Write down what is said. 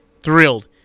Thrilled